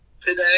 today